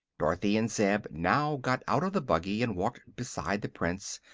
dorothy and zeb now got out of the buggy and walked beside the prince,